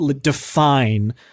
define